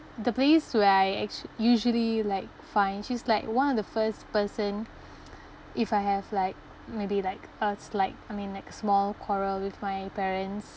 the place where I actu~ usually like find she's like one of the first person if I have like maybe like a slight I mean like small quarrel with my parents